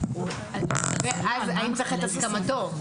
אז האם צריך את הסכמתו?